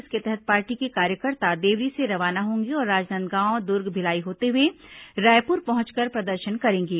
इसके तहत पार्टी के कार्यकर्ता देवरी से रवाना होंगे और राजनांदगांव दुर्ग भिलाई होते हुए रायपुर पहुंचकर प्रदर्शन करेंगे